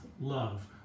love